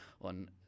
on